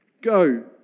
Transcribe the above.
Go